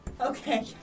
Okay